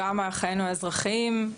גם חיינו האזרחיים,